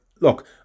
look